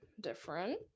different